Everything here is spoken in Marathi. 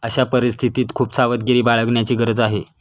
अशा परिस्थितीत खूप सावधगिरी बाळगण्याची गरज आहे